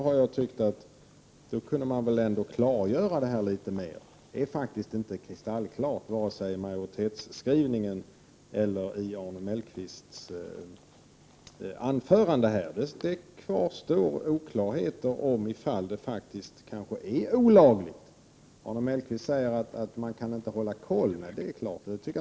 Det tycker också jag. Varken majoritetsskrivningen eller vad Arne Mellqvist här har sagt är kristallklart. Det kvarstår oklarheter om huruvida förfarandet är lagligt. Arne Mellqvist säger att man inte kan kontrollera vad som sker.